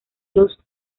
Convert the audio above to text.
josh